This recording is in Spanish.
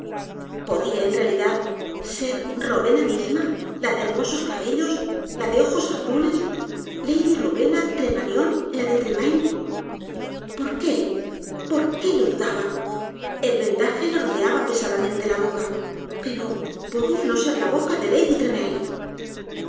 podía en realidad ser rowena misma la de hermosos cabellos la de ojos azules lady rowena tremanion la de tremaine por qué por que lo d u d a b a el vendaje le rodeaba pesadamente la boca pero podía no ser la boca de lady